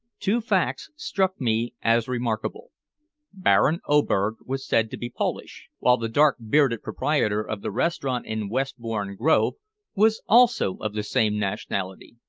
two facts struck me as remarkable baron oberg was said to be polish, while the dark-bearded proprietor of the restaurant in westbourne grove was also of the same nationality.